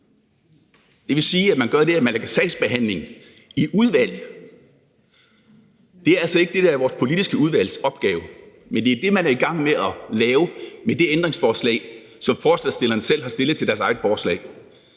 Det vil sige, at man gør det, at man lægger sagsbehandlingen ind i et udvalg. Det er altså ikke det, der er vores politiske udvalgs opgave, men det er det, som man er i gang med at gøre med det ændringsforslag, som forslagsstillerne selv har stillet til deres eget forslag.